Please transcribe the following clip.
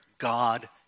God